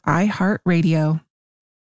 iHeartRadio